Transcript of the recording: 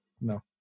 No